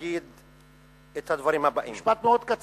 להגיד את הדברים הבאים, משפט מאוד קצר.